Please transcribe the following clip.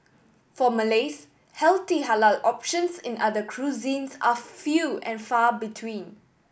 for Malays healthy halal options in other cuisines are few and far between